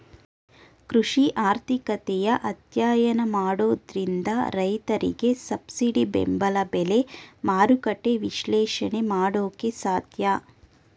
ಕೃಷಿ ಆರ್ಥಿಕತೆಯ ಅಧ್ಯಯನ ಮಾಡೋದ್ರಿಂದ ರೈತರಿಗೆ ಸಬ್ಸಿಡಿ ಬೆಂಬಲ ಬೆಲೆ, ಮಾರುಕಟ್ಟೆ ವಿಶ್ಲೇಷಣೆ ಮಾಡೋಕೆ ಸಾಧ್ಯ